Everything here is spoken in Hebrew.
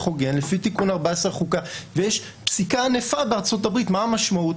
הוגן לפי תינקון 14 לחוקה ויש פסיקה ענפה בארצות הברית לגבי המשמעות.